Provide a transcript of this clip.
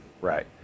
Right